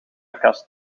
kast